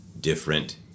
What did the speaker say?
different